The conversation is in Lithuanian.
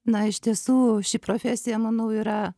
na iš tiesų ši profesija manau yra